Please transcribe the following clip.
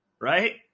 right